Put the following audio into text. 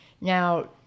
Now